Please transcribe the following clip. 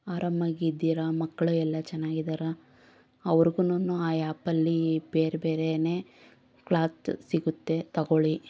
ಆರಾಮಾಗಿದ್ದೀರಾ ಮಕ್ಕಳು ಎಲ್ಲ ಚೆನ್ನಾಗಿದ್ದಾರಾ ಅವ್ರಿಗೂ ಆ ಆ್ಯಪಲ್ಲಿ ಬೇರೆ ಬೇರೇನೇ ಕ್ಲಾತ್ ಸಿಗುತ್ತೆ ತಗೊಳ್ಳಿ